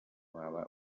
waba